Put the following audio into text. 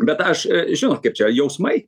bet aš žinot kaip čia jausmai